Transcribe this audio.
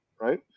right